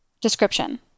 Description